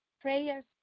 prayers